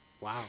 Wow